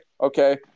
Okay